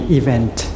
event